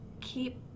keep